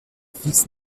fils